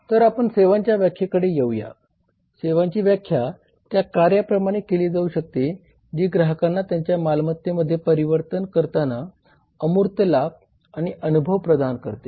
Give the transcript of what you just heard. तर आपण सेवांच्या व्याख्येकडे येऊया सेवांची व्याख्या त्या कार्या प्रमाणे केली जाऊ शकते जी ग्राहकांना त्यांच्या मालमत्तेमध्ये परिवर्तन करताना अमूर्त लाभ आणि अनुभव प्रदान करते